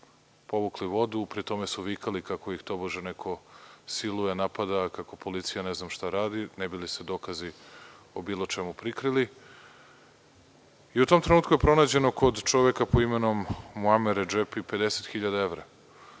povukli vodu, pri tome su vikali kako ih tobože neko siluje, napada, kako policija ne znam šta radi i ne bi li se dokazi o bilo čemu prikrili.U tom trenutku je pronađeno kod čoveka po imenu Muamer Redžepi 50.000 evra.